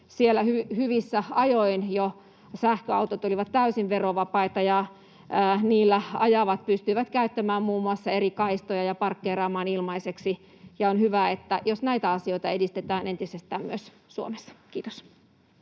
hyvissä ajoin sähköautot olivat täysin verovapaita ja niillä ajavat pystyivät muun muassa käyttämään eri kaistoja ja parkkeeraamaan ilmaiseksi. On hyvä, jos näitä asioita edistetään entisestään myös Suomessa. — Kiitos.